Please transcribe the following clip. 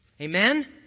Amen